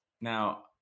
now